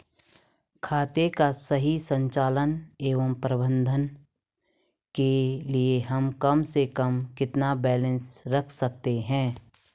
खाते का सही संचालन व प्रबंधन के लिए हम कम से कम कितना बैलेंस रख सकते हैं?